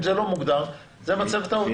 אם זה לא מוגדר, זה מצבת העובדים.